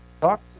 Talk